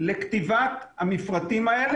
לכתיבת המפרטים האלה.